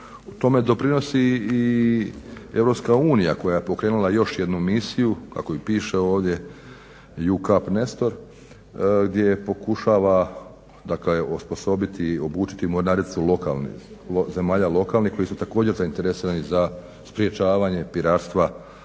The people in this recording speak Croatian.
Tome doprinosi i EU koja je pokrenula još jednu misiju, kako i piše ovdje … /Govornik se ne razumije./… gdje pokušava dakle osposobiti i obučiti mornaricu zemalja lokalnih koji su također zainteresirani za sprječavanje piratstva